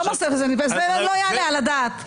וזה לא יעלה על הדעת.